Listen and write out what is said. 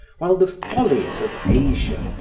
while the follies of asia,